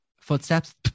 footsteps